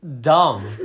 Dumb